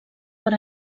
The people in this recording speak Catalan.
per